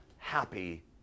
Happy